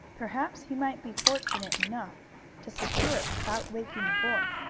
perhaps he might be fortunate enough to secure it without waking the boy.